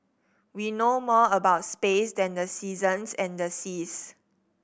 we know more about space than the seasons and the seas